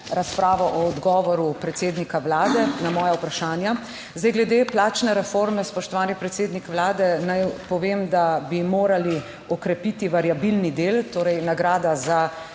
razpravo o odgovoru predsednika Vlade na moja vprašanja. Zdaj, glede plačne reforme, spoštovani predsednik Vlade, naj povem, da bi morali okrepiti variabilni del, torej nagrada za